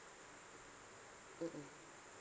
mm mm